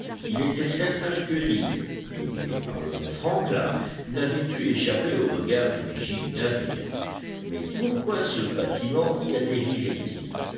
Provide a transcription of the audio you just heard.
il était certain que l'île dominée par le mont franklin n'avait pu échapper aux regards des vigies du navire mais pourquoi ce bâtiment